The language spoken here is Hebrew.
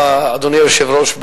אדוני היושב-ראש,